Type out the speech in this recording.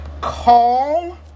call